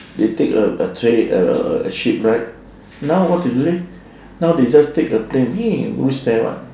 they take a a train a a a ship right now what do they take now they just take a plane reach there what